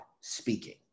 speaking